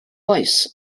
oes